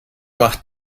macht